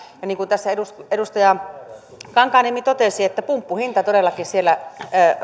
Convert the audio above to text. ja niin kuin tässä edustaja edustaja kankaanniemi totesi niin pumppuhinta todellakin siellä